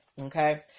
okay